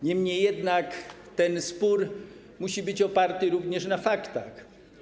Niemniej jednak ten spór musi być oparty również na faktach.